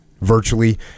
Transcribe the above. virtually